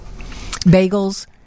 bagels